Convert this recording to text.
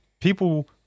people